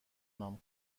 نام